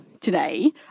today